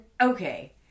okay